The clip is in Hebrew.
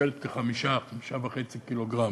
שוקלת 5 5.5 ק"ג.